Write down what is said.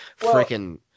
freaking